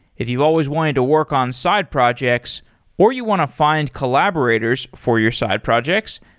if you've always wanted to work on side projects or you want to find collaborators for your side projects,